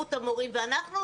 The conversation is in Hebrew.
הסתדרות המורים ואנחנו,